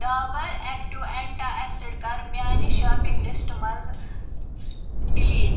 Dabur active antacid کَر میانہِ shopping list منٛز ڈیلیٖٹ